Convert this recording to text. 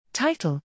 Title